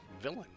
Villain